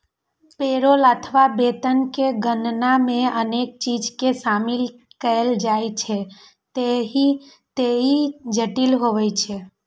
payroll अथवा वेतन के गणना मे अनेक चीज कें शामिल कैल जाइ छैं, ते ई जटिल होइ छै